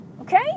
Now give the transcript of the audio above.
okay